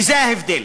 וזה ההבדל.